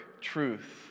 truth